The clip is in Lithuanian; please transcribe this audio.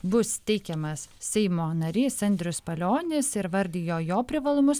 bus teikiamas seimo narys andrius palionis ir vardijo jo privalumus